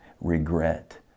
regret